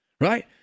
right